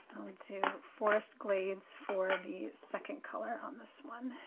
do forest glades for the second color on this one.